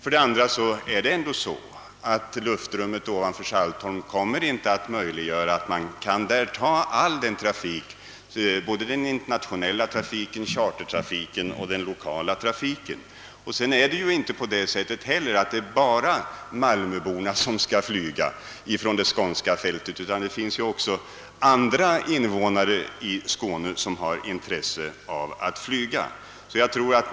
Vidare kommer ju inte luftrummet över Saltholm att tillåta att en där belägen flygplats tar hand om all trafik, både den internationella trafiken, chartertrafiken och den lokala trafiken. Det är inte heller bara malmöborna som skall använda det skånska flygfältet, utan också andra invånare i Skåne har intresse av att utnyttja det.